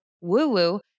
woo-woo